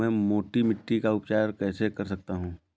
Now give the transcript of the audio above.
मैं मोटी मिट्टी का उपचार कैसे कर सकता हूँ?